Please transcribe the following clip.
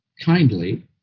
kindly